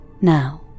Now